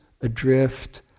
adrift